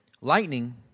lightning